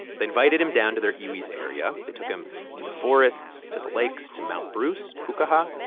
they invited him down to their iwi's area. they took him to the forests, to the lakes, to mount bruce pukaha.